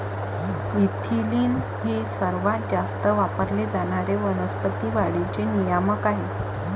ethylene हे सर्वात जास्त वापरले जाणारे वनस्पती वाढीचे नियामक आहे